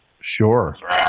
Sure